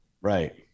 Right